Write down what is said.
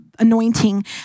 Anointing